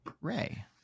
Ray